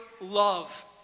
love